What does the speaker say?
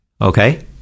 Okay